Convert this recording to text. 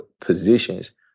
positions